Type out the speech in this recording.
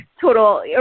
total